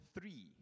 three